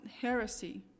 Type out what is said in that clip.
heresy